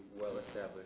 well-established